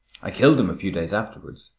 i killed him a few days afterwards.